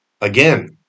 Again